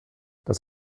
das